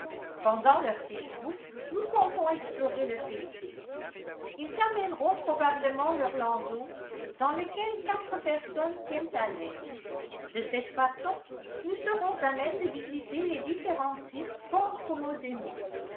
pendant leur séjour nous comptons explorer le pays ils amèneront probablement leur landau dans lequel quatre personnes tiennent à l'aise de cette façon nous serons à même de visiter les différents sites fort